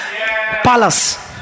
palace